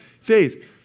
faith